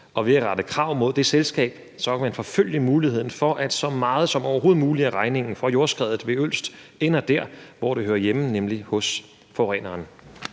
og ved at rette krav mod det selskab, kan man forfølge muligheden for, at så meget som overhovedet muligt af regningen for jordskredet ved Ølst ender der, hvor det hører hjemme, nemlig hos forureneren.